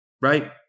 right